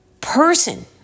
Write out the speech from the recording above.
person